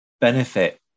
benefit